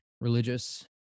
religious